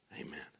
Amen